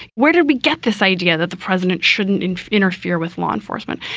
where did we get this idea that the president shouldn't interfere with law enforcement?